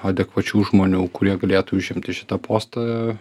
adekvačių žmonių kurie galėtų užimti šitą postą